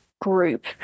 group